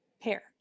pair